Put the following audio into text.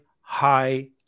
high